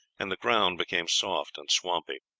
and the ground became soft and swampy.